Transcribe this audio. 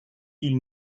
ils